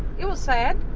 it was sad,